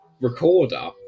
recorder